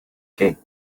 gate